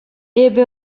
эпӗ